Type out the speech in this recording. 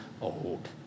old